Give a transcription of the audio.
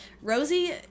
Rosie